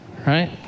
right